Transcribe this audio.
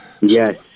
Yes